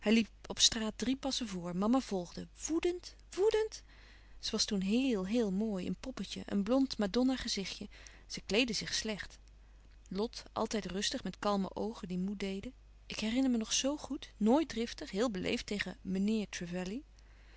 op straat drie passen voor mama volgde woedend woedend ze was toen heel heel mooi een poppetje een blond madonna gezichtje ze kleedde zich slecht lot altijd rustig met kalme oogen die moê deden ik herinner me nog zoo goed nooit driftig heel beleefd tegen meneer